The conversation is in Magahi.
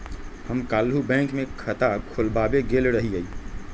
हम काल्हु बैंक में खता खोलबाबे गेल रहियइ